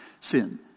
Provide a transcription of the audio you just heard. sin